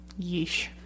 Yeesh